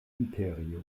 imperio